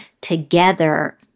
together